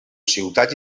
ciutats